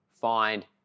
find